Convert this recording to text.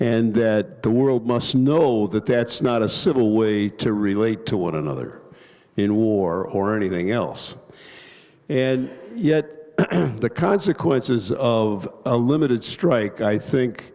and that the world must know that that's not a civil way to relate to one another in war or anything else and yet the consequences of a limited strike i think